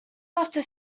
after